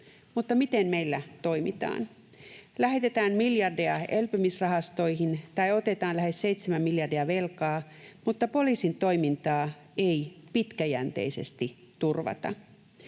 Mutta miten meillä toimitaan? Lähetetään miljardeja elpymisrahastoihin tai otetaan lähes 7 miljardia velkaa, mutta poliisin toimintaa ei pitkäjänteisesti turvata.